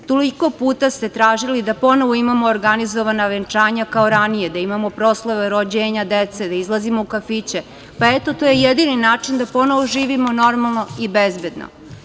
Toliko puta ste tražili da ponovo imamo organizovana venčanja, kao ranije, da imamo proslave rođenja dece, da izlazimo u kafiće, pa, eto, to je jedini način da ponovo živimo normalno i bezbedno.